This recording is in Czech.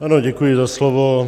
Ano, děkuji za slovo.